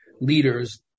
leaders